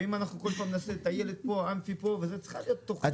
ואם אנחנו כל פעם נעשה טיילת פה ואמפי פה צריכה להיות תכנית.